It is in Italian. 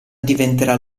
diventerà